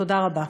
תודה רבה.